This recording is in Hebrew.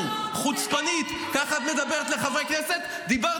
-- איש ישיבה,